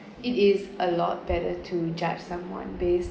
it is a lot better to judge someone based